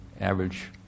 average